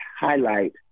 highlight